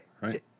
Right